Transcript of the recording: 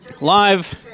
live